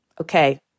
okay